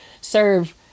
serve